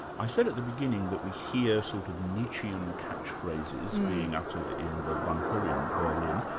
i said at the beginning that we hear sort of nietzschean catchphrases being uttered in the bunker in berlin.